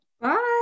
Bye